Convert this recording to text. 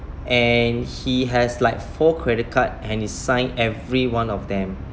and he has like four credit card and he sign every one of them